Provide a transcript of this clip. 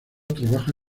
trabaja